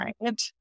right